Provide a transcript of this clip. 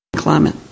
climate